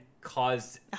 caused